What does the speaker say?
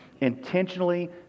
intentionally